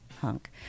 Hunk